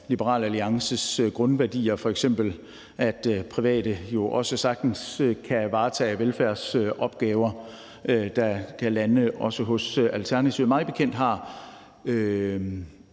Liberal Alliances grundværdier, f.eks. at private jo sagtens kan varetage velfærdsopgaver, der kan lande hos Alternativet.